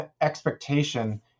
expectation